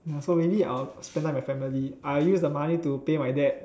ya so maybe I'll spend time with my family I'll use the money to pay my dad